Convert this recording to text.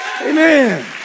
Amen